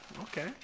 Okay